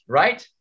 right